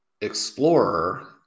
explorer